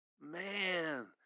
Man